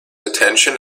attention